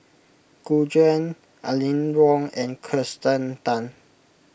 Gu Juan Aline Wong and Kirsten Tan